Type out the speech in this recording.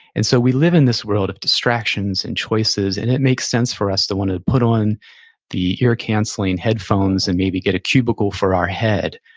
and so we live in this world of distractions and choices, and it makes sense for us to want to put on the ear-canceling headphones and maybe get a cubicle for our head,